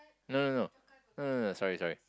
no no no no no no sorry sorry